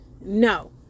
No